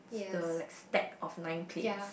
the like stack of nine plates